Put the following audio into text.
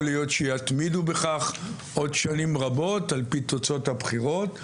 להיות שגם יתמידו בכך עוד שנים רבות על פי תוצאות הבחירות.